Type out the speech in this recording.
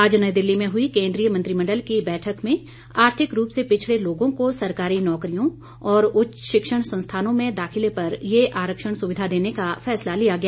आज नई दिल्ली में हुई केंद्रीय मंत्रिमंडल की बैठक में आर्थिक रूप से पिछड़े लोगों को सरकारी नौकरियों और उच्च शिक्षण संस्थानों में दाखिले पर ये आरक्षण सुविधा देने का फैसला लिया गया